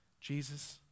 Jesus